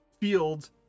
fields